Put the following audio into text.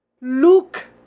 Look